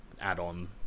add-on